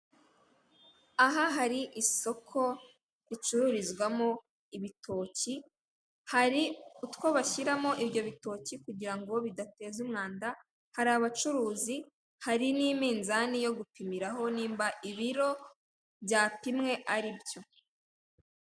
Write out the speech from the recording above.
Aha hari isoko ricururizwamo ibitoki, hari utwo bashyiramo ibyo bitoki kugira ngo bidateza umwanda, hari abacuruzi, hari n'iminzani yo gupimiraho nimba ibiro byapimwe aribyo.